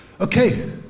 Okay